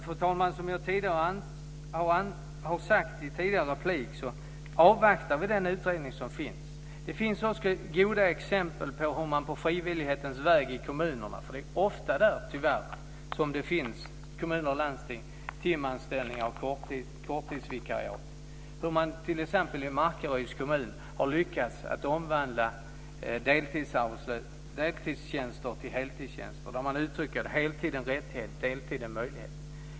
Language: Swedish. Fru talman! Som jag har sagt i en tidigare replik avvaktar vi den utredning som jobbar. Det finns goda exempel på vad man har gjort på frivillighetens väg i kommunerna. Det är tyvärr ofta i kommuner och landsting som det finns timanställningar och korttidsvikariat. I Markaryds kommun har man t.ex. lyckats omvandla deltidstjänster till heltidstjänster. Där uttrycker man det så att heltid är en rättighet och deltid en möjlighet.